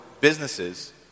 businesses